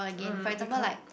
mm because